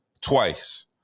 twice